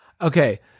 Okay